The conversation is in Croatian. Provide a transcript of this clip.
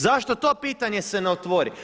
Zašto to pitanje se ne otvori?